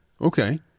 Okay